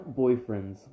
boyfriends